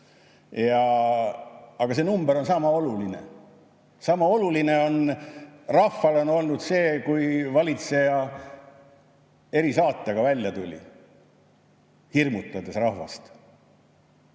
Aga see number on sama oluline. Sama oluline on rahvale on olnud see, kui valitseja erisaatega välja tuli, hirmutades rahvast.